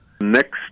next